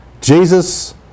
Jesus